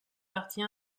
partie